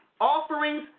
Offerings